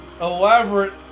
elaborate